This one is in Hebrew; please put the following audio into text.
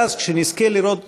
ואז, כשנזכה לראות